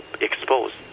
exposed